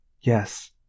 Yes